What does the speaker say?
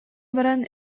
баран